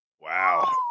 Wow